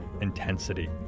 intensity